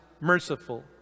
merciful